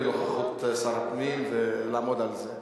לוועדת הפנים, בנוכחות שר הפנים, ולעמוד על זה.